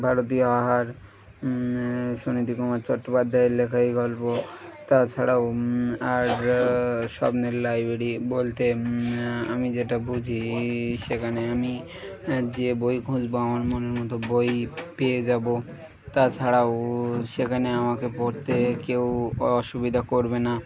ভারতীয় আহার সুনীতি কুমার চট্টোপাধ্যায়ের লেখা এই গল্প তাছাড়াও আর স্বপ্নের লাইব্রেরি বলতে আমি যেটা বুঝি সেখানে আমি যে বই খুঁজব আমার মনের মতো বই পেয়ে যাব তাছাড়াও সেখানে আমাকে পড়তে কেউ অসুবিধা করবে না